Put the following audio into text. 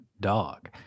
dog